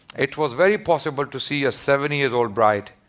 it was very possible to see a seven years old bride